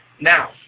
Now